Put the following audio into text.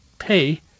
pay